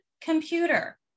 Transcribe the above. computer